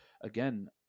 again